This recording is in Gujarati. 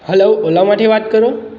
હલો ઓલામાંથી વાત કરો